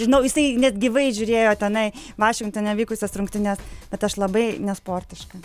žinau jisai net gyvai žiūrėjo tenai vašingtone vykusias rungtynes bet aš labai nesportiška